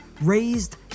raised